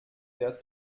der